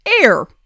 Air